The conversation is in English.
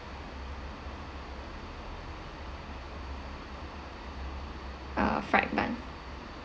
uh fried bun